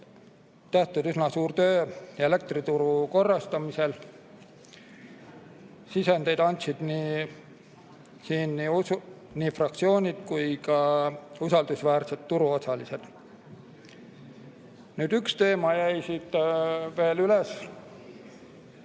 tehtud üsna suur töö elektrituru korrastamisel. Sisendeid andsid siin nii fraktsioonid kui ka usaldusväärsed turuosalised. Üks teema jäi siit veel üles.